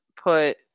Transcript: put